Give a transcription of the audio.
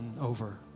over